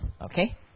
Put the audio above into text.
Okay